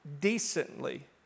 decently